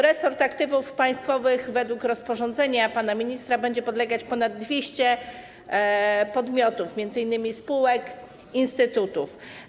Resortowi aktywów państwowych według rozporządzenia pana ministra będzie podlegać ponad 200 podmiotów, m.in. spółek, instytutów.